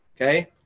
Okay